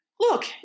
Look